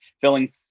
filling